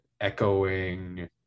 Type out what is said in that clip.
echoing